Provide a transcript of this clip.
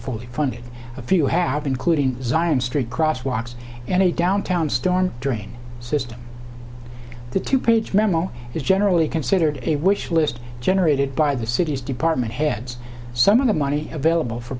fully funded a few have including zion street crosswalks and a downtown storm drain system the two page memo is generally considered a wish list generated by the city's department heads some of the money available for